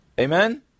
Amen